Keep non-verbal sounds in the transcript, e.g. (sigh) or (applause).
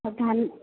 (unintelligible)